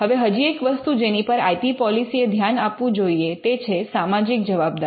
હવે હજી એક વસ્તુ જેની પર આઇ પી પૉલીસી એ ધ્યાન આપવું જોઈએ તે છે સામાજિક જવાબદારી